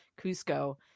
Cusco